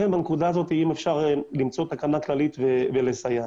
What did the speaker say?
בנקודה הזאת, אם אפשר למצוא תקנה כללית ולסייע.